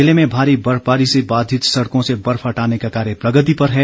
जिले में भारी बर्फबारी से बाधित सड़कों से बर्फ हटाने का कार्य प्रगति पर है